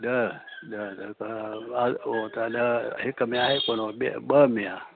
ॾह ॾह उतां उहो त ॾह हिक में आहे कोन ऐं ॿिए ॿ में आहे